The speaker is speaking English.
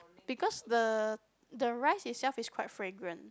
because the the rice itself is quite fragrant